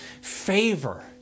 favor